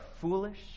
foolish